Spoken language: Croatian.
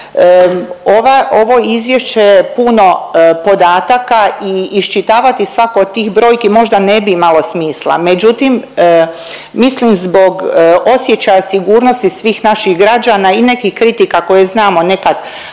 ovo izvješće je puno podataka i iščitavati svaku od tih brojki možda ne bi imalo smisla, međutim mislim zbog osjećanja sigurnosti svih naših građana i nekih kritika koje znamo nekad